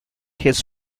his